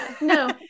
No